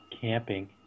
camping